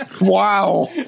Wow